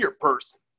person